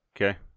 Okay